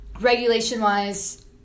regulation-wise